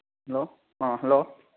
hello ah hello